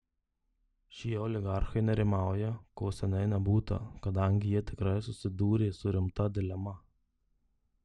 šie oligarchai nerimauja ko seniai nebūta kadangi jie tikrai susidūrė su rimta dilema